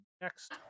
next